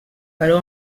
però